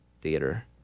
theater